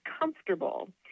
comfortable